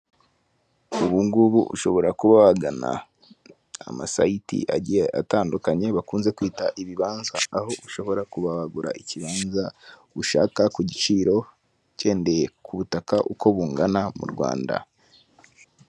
Ubu ngubu ushobora kuba wagana amasayiti agiye atandukanye bakunze kwita ibibanza, aho ushobora kuba wagura ikibanza ushaka ku giciro ugendeye ku butaka uko bungana mu Rwanda.